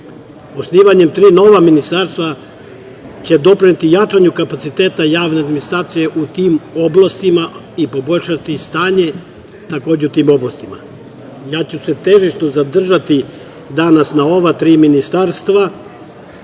tri nova ministarstva će doprineti jačanju kapaciteta javne administracije u tim oblastima i poboljšati stanje takođe u tim oblastima. Ja ću se težišno zadržati danas na ova tri ministarstva,